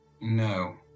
No